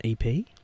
EP